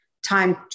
time